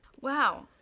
Wow